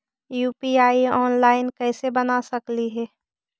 UPI online कैसे बना सकली हे?